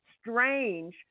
strange